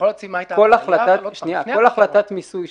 כל החלטת מיסוי שניתנת,